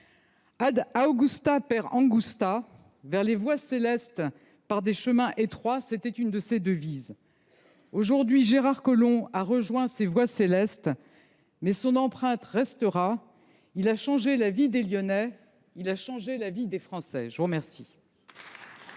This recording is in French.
doit. «»– vers les voies célestes par des chemins étroits – était une de ses devises. Aujourd’hui, Gérard Collomb a rejoint ces voies célestes, mais son empreinte restera. Il a changé la vie des Lyonnais. Il a changé la vie des Français. L’ordre